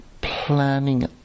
planning